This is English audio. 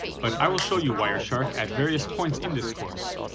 but i will show you wireshark at various points in this course,